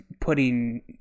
putting